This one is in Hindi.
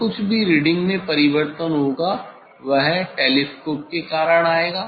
जो कुछ भी रीडिंग में परिवर्तन होगा वह टेलीस्कोप के कारण आएगा